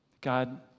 God